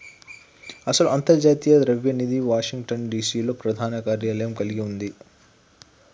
అసలు అంతర్జాతీయ ద్రవ్య నిధి వాషింగ్టన్ డిసి లో ప్రధాన కార్యాలయం కలిగి ఉంది